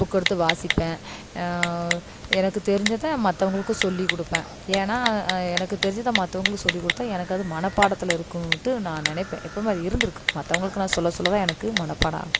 புக்கெடுத்து வாசிப்பேன் எனக்கு தெரிஞ்சதை மற்றவங்களுக்கும் சொல்லிக்கொடுப்பேன் ஏன்னா எனக்கு தெரிஞ்சதை மற்றவங்களுக்கு சொல்லிக்கொடுத்தா எனக்கு அது மனப்பாடத்தில் இருக்கும்ன்ட்டு நான் நினைப்பேன் எப்போவுமே அது இருந்திருக்கு மற்றவங்களுக்கு நான் சொல்லச்சொல்ல தான் எனக்கு மனப்பாடம் ஆகும்